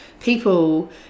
people